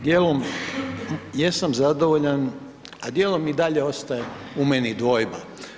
Dijelom jesam zadovoljan a dijelom i dalje ostaje u meni dvojba.